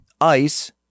ICE